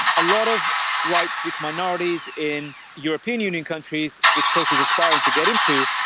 a lot of rights which minorities in european union countries, which turkey is aspiring to get into,